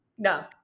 No